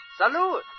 Salud